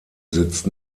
sitzt